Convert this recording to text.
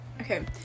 Okay